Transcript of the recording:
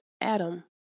Adam